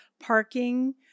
parking